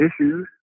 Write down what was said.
issues